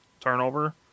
turnover